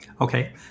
Okay